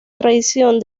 tradición